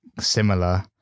similar